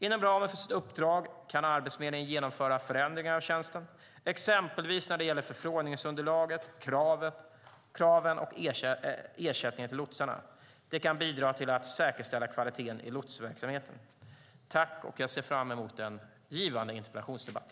Inom ramen för sitt uppdrag kan Arbetsförmedlingen genomföra förändringar av tjänsten, exempelvis när det gäller förfrågningsunderlaget, kraven och ersättningen till lotsarna. Det kan bidra till att säkerställa kvaliteten i lotsverksamheten. Jag ser fram emot en givande interpellationsdebatt.